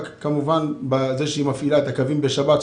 אבל כמובן זה משום שהיא מפעילה את הקווים בשבת,